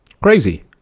crazy